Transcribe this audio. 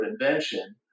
invention